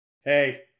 Hey